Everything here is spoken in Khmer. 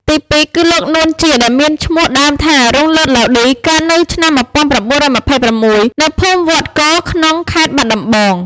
ទីពីរគឺលោក នួន ជា ដែលមានឈ្មោះដើមថា រុងឡឺត ឡាវឌី កើតនៅឆ្នាំ១៩២៦ នៅភូមិវត្តគរ ក្នុងខេត្តបាត់ដំបង។